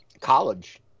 college